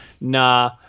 Nah